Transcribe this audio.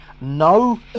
no